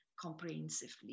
comprehensively